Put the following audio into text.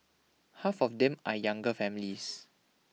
half of them are younger families